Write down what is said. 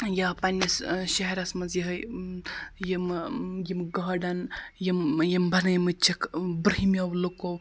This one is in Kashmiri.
یا پنٛنِس شہرَس منٛز یِہوٚے یِمہٕ یِم گاڈَن یِم یِم بَنٲیمٕتۍ چھِکھ برٛنہمیو لُکو